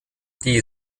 die